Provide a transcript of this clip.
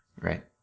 Right